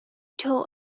told